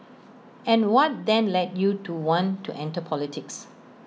and what then led you to want to enter politics